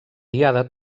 diada